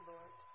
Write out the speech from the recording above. Lord